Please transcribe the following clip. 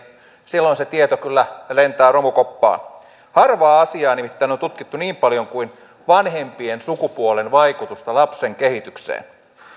silloin se tieto kyllä lentää romukoppaan harvaa asiaa nimittäin on on tutkittu niin paljon kuin vanhempien sukupuolen vaikutusta lapsen kehitykseen